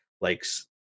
likes